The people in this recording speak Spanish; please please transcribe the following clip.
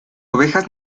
ovejas